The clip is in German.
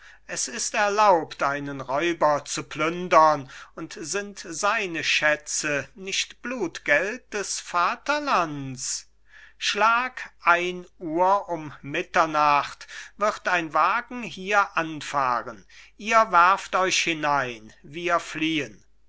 es ist erlaubt einen räuber zu plündern und sind seine schätze nicht blutgeld des vaterlands schlag ein uhr um mitternacht wird ein wagen hier anfahren ihr werft euch hinein wir fliehen